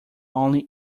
only